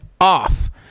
off